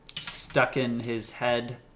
stuck-in-his-head